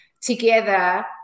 together